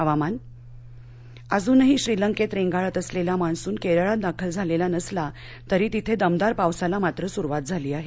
हवामान अजूनही श्रीलंकेतच रेंगाळत असलेला मान्सून केरळात दाखल झालेला नसला तरी तिथे दमदार पावसाला मात्र सुरूवात झाली आहे